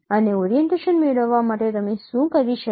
અને ઓરીએન્ટેશન મેળવવા માટે તમે શું કરી શકો